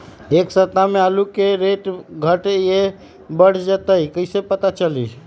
एक सप्ताह मे आलू के रेट घट ये बढ़ जतई त कईसे पता चली?